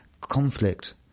conflict